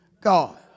God